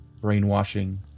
brainwashing